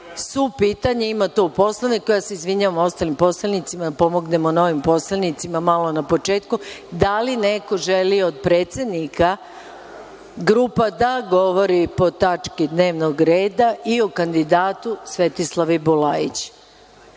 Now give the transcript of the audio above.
su pitanja, ima to u Poslovniku. Ja se izvinjavam ostalim poslanicima, da pomognemo novim poslanicima malo na početku. Da li neko želi od predsednika grupa da govori po tački dnevnog reda i kandidatu Svetislavi Bulajić? Bojan